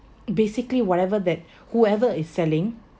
basically whatever that whoever is selling